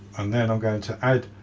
and then i'm going to add